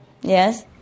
yes